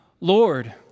Lord